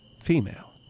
female